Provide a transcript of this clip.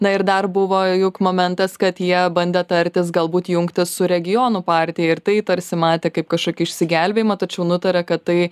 na ir dar buvo juk momentas kad jie bandė tartis galbūt jungtis su regionų partija ir tai tarsi matė kaip kažkokį išsigelbėjimą tačiau nutarė kad tai